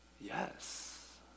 yes